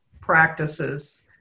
practices